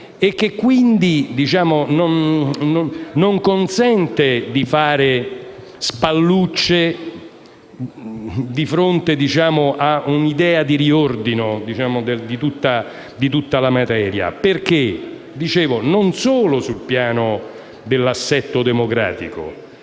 il che non consente di "fare spallucce" di fronte a un'idea di riordino di tutta la materia, non solo sul piano dell'assetto democratico,